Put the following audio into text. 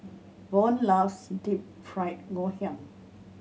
Von loves Deep Fried Ngoh Hiang